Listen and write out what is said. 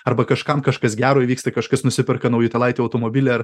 arba kažkam kažkas gero įvyksta kažkas nusiperka naujutėlaitį automobilį ar